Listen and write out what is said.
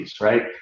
right